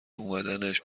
اومدنش